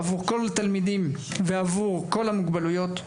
עבור כל התלמידים ועבור כל המוגבלויות,